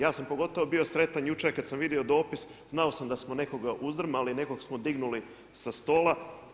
Ja sam pogotovo bio sretan jučer kad sam vidio dopis, znao sam da smo nekoga uzdrmali, nekog smo dignuli sa stola.